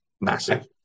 Massive